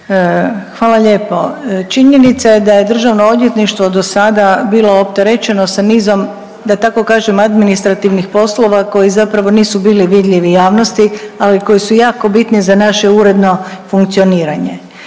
Hvala lijepo. Činjenica je da je državno odvjetništvo dosada bilo opterećeno sa nizom da tako kažem administrativnih poslova koji zapravo nisu bili vidljivi javnosti, ali koji su jako bitni za naše uredno funkcioniranje.